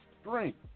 strength